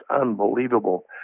unbelievable